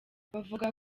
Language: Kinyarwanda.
bavuga